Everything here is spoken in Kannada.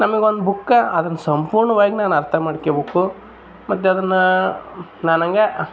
ನನಗೆ ಒಂದು ಬುಕ್ ಅದ್ನ ಸಂಪೂರ್ಣವಾಗಿ ನಾನು ಅರ್ಥ ಮಾಡ್ಕೋಬೇಕು ಮತ್ತು ಅದನ್ನ ನಾನು ಹಂಗೆ